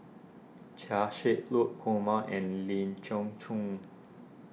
Chia Shi Lu Kumar and Lee Chin